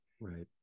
Right